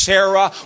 Sarah